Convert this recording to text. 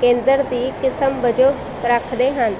ਕੇਂਦਰ ਦੀ ਕਿਸਮ ਵਜੋਂ ਰੱਖਦੇ ਹਨ